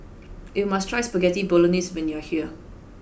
you must try Spaghetti Bolognese when you are here